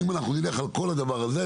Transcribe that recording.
אם אנחנו נלך על כל הדבר הזה,